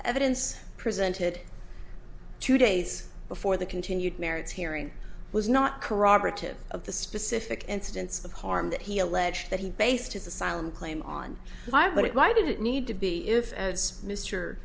evidence presented two days before the continued merits hearing was not corroborative of the specific incidents of harm that he alleged that he based his asylum claim on why but it why did it need to be if as mr